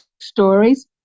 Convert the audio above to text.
stories